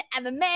MMA